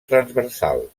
transversal